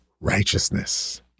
righteousness